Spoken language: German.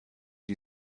die